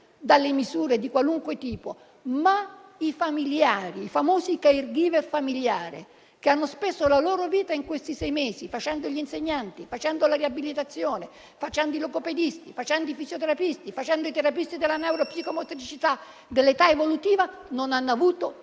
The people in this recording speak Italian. dalle misure di qualunque tipo, ma i familiari - i famosi *caregiver* - che hanno speso la loro vita in questi sei mesi facendo gli insegnanti, la riabilitazione, i logopedisti, i fisioterapisti e i terapisti della neuropsicomotricità dell'età evolutiva non hanno avuto nulla.